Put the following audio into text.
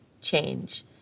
change